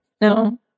no